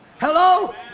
Hello